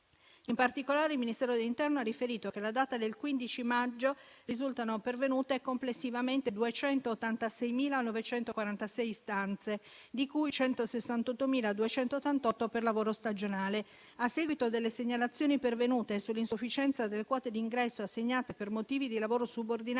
In particolare, il Ministero dell'interno ha riferito che alla data del 15 maggio risultano pervenute complessivamente 286.946 istanze, di cui 168.288 per lavoro stagionale. A seguito delle segnalazioni pervenute sull'insufficienza delle quote di ingresso assegnate per motivi di lavoro subordinato